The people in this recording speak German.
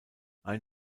ein